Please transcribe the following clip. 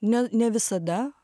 ne ne visada